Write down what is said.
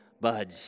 budge